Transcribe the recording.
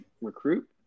recruit